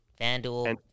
FanDuel